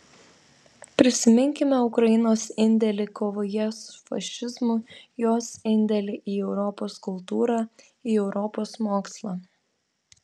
prisiminkime ukrainos indėlį kovoje su fašizmu jos indėlį į europos kultūrą į europos mokslą